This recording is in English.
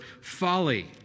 folly